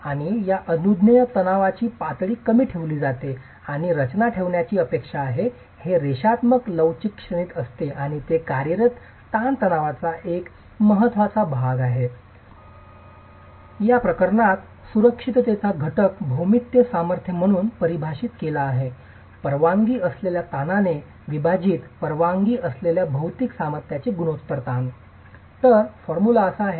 आणि या अनुज्ञेय तणावाची पातळी कमी ठेवली जाते आणि रचना ठेवण्याची अपेक्षा आहे रेषात्मक लवचिक श्रेणीत असते आणि ते कार्यरत ताणतणावाचा एक महत्त्वाचा भाग आहे पद्धत स्वतः तर या प्रकरणात सुरक्षिततेचा घटक भौतिक सामर्थ्य म्हणून परिभाषित केला आहे परवानगी असलेल्या ताणाने विभाजित परवानगी असलेल्या भौतिक सामर्थ्याचे गुणोत्तर ताण